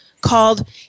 called